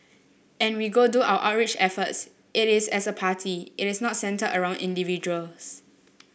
and we go do our outreach efforts it is as a party it is not centred around individuals